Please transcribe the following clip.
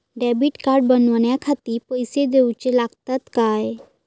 Debit card बनवण्याखाती पैसे दिऊचे लागतात काय?